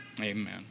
amen